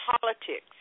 politics